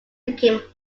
became